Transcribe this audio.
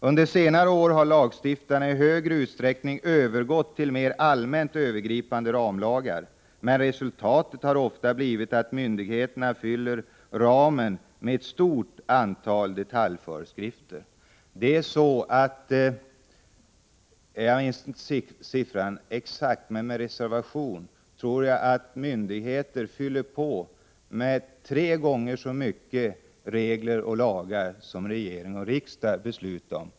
Under senare år har lagstiftarna i större utsträckning övergått till mer allmänt övergripande ramlagar. Men resultatet har ofta blivit att myndigheterna fyller ramen med ett stort antal detaljföreskrifter. Med reservation för att jag inte minns den exakta siffran kan jag nämna att myndigheterna fyller på med tre gånger så många regler och lagar som regering och riksdag beslutat om.